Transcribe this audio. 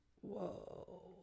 Whoa